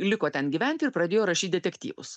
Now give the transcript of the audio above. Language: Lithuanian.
liko ten gyventi ir pradėjo rašyt detektyvus